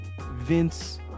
Vince